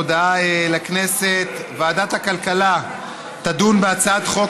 הודעה לכנסת: ועדת הכלכלה תדון בהצעת חוק